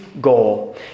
goal